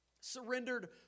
surrendered